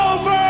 over